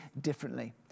differently